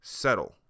settle